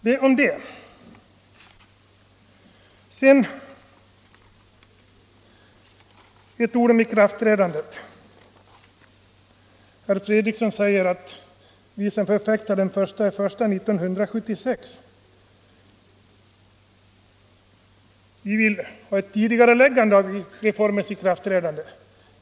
Sedan några ord om ikraftträdandet av pensionsålderssänkningen. Herr Fredriksson säger att vi som förfäktar att reformen skall träda i kraft den 1 januari 1976 vill ha ett tidigareläggande av ikraftträdandet.